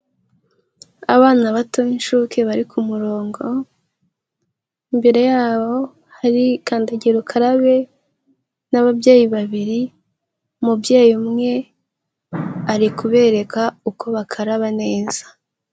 Abana bato b'incuke bari ku murongo, imbere yabo hari kandagirukararabe n'ababyeyi babiri, umubyeyi umwe ari kubereka uko bakaraba neza.